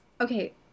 Okay